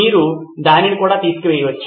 మీరు దానిని కూడా తీసివేయవచ్చు